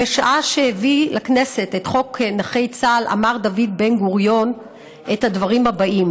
בשעה שהביא לכנסת את חוק נכי צה"ל אמר דוד בן-גוריון את הדברים האלה: